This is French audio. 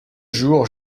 jour